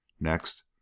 Next